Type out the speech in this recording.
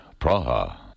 Praha